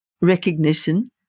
recognition